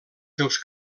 seus